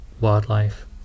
wildlife